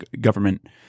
government